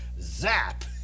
zap